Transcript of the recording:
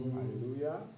Hallelujah